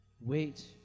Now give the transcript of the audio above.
Wait